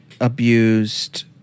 abused